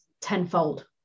tenfold